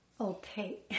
Okay